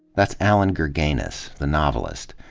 that's allan gurganus, the novelist.